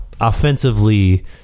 offensively